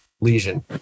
lesion